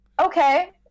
okay